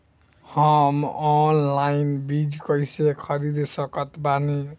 हम ऑनलाइन बीज कइसे खरीद सकत बानी?